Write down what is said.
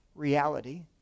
reality